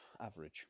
Average